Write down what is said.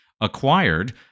acquired